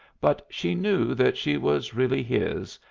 but she knew that she was really his,